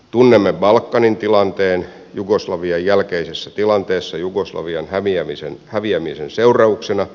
tunnemme balkanin tilanteen jugoslavian jälkeisessä tilanteessa jugoslavian häviämisen seurauksena